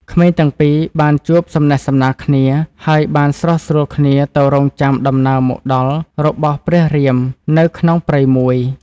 ក្មេងទាំងពីរ បានជួបសំណេះសំណាលគ្នា ហើយបានស្រុះស្រួលគ្នាទៅរង់ចាំដំណើរមកដល់របស់ព្រះរាមនៅក្នុងព្រៃមួយ។